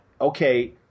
okay